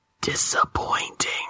disappointing